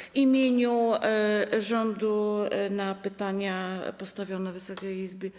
W imieniu rządu na pytania postawione Wysokiej Izbie